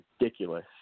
ridiculous